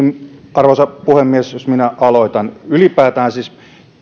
arvoisa puhemies ylipäätään siis